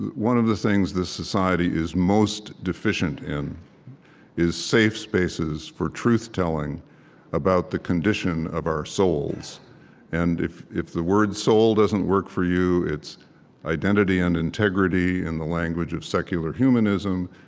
one of the things this society is most deficient in is safe spaces for truth-telling about the condition of our souls and if if the word soul doesn't work for you, it's identity and integrity in the language of secular humanism.